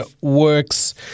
works